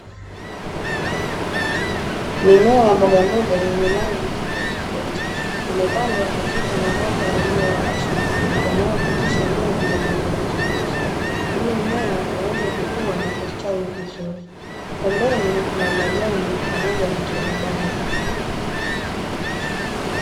Mimea ya mbogamboga yenye rangi tofauti tofauti imepandwa katika mabomba yaliyowazi, yanayopitisha maji yenye virutubisho ili mmea uweze kukuwa na kustawi vizuri. Pembeni kuna majani pamoja na turubai.